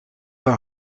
voor